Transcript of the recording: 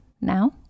Now